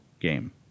game